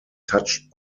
touched